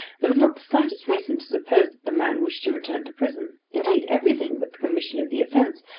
there was not the slightest reason to suppose that the man wished to return to prison indeed everything, but the commission of the offence,